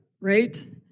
right